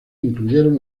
incluyeron